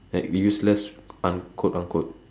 like useless unquote unquote